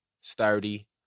sturdy